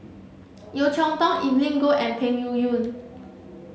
Yeo Cheow Tong Evelyn Goh and Peng Yuyun